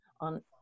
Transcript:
on